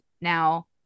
Now